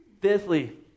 Fifthly